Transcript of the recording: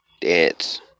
dance